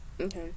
Okay